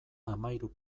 hamahiru